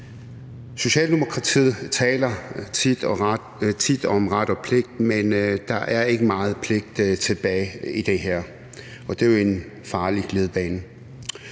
Socialdemokratiet taler tit om ret og pligt, men der er ikke meget pligt tilbage i det her, og det er jo en farlig glidebane.